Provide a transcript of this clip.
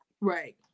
right